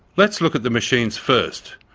let's look at the machines first,